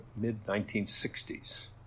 mid-1960s